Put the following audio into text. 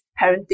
parenting